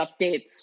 updates